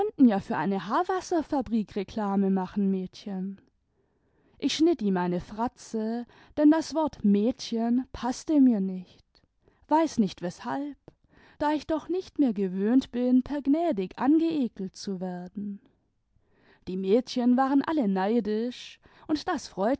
ja für eine haarwasserfabrik reklame machen mädchen ich schnitt ihm eine fratze denn das wort mädchen paßte mir nicht weiß nicht weshalb da ich doch nicht mehr gewöhnt bin per gnädig angeekelt zu werden die mädchen waren alle neidisch und das freute